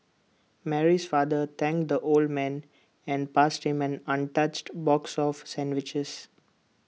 Mary's father thanked the old man and passed him an untouched box of sandwiches